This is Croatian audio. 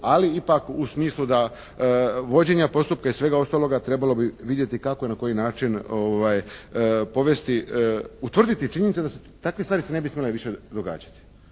Ali ipak u smislu da, vođenja postupka i svega ostaloga trebalo bi vidjeti kako i na koji način povesti, utvrditi činjenice da se takve stvari ne bi smjele više događati.